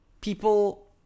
people